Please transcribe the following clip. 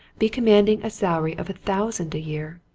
be commanding a salary of a thousand a year.